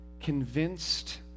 convinced